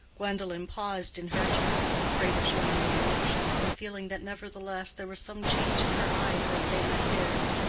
gwendolen paused in her turn, afraid of showing any emotion, and feeling that nevertheless there was some change in her eyes as they met his.